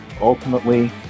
ultimately